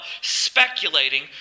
speculating